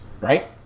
Right